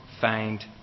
find